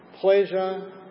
pleasure